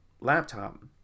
laptop